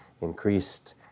increased